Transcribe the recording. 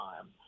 time